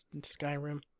Skyrim